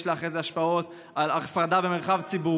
יש לה אחרי זה השפעות על הפרדה במרחב ציבורי.